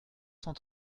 cent